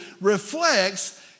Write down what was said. reflects